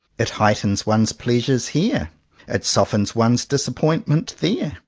it height ens one's pleasure here it softens one's dis appointment there.